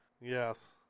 Yes